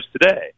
today